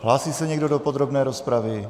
Hlásí se někdo do podrobné rozpravy?